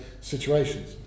situations